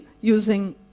using